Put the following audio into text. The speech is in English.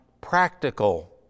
practical